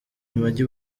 amagi